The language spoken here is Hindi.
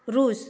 रूस